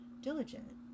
diligent